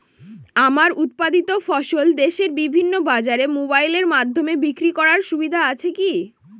আমার উৎপাদিত ফসল দেশের বিভিন্ন বাজারে মোবাইলের মাধ্যমে বিক্রি করার সুবিধা আছে কি?